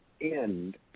end